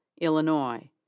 Illinois